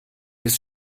bis